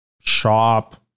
shop